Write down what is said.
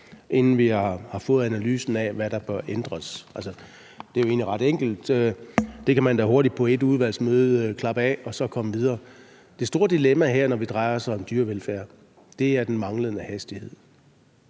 inden vi har fået analysen af, hvad der bør ændres. Det er jo egentlig ret enkelt. Man kan da hurtigt klappe det af på et udvalgsmøde og så komme videre. Det store dilemma her, når det drejer sig om dyrevelfærd, er den manglende hastighed.